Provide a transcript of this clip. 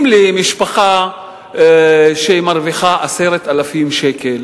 אם למשפחה שמרוויחה 10,000 שקל